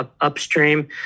upstream